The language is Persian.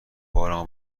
بارمو